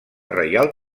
reial